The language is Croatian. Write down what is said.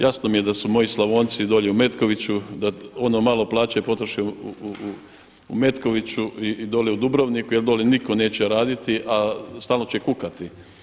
Jasno mi je da su moji Slavonci dolje u Metkoviću, da ono malo plaće potroše u Metkoviću i dolje u Dubrovniku jer dolje nitko neće raditi, a stalno će kukati.